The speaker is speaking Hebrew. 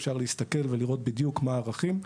אפשר להסתכל ולראות בדיוק מה הערכים.